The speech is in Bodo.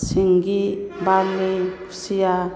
सिंगि बार्लि खुसिया